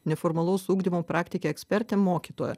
neformalaus ugdymo praktikė ekspertė mokytoja